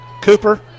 Cooper